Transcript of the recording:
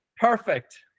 Perfect